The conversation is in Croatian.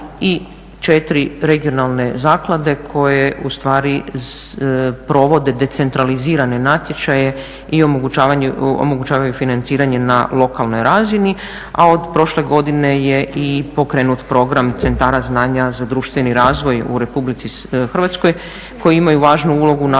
i četiri regionalne zaklade koje u stvari provode decentralizirane natječaje i omogućavaju financiranje na lokalnoj razini, a od prošle godine je i pokrenut program Centara znanja za društveni razvoj u Republici Hrvatskoj koji imaju važnu ulogu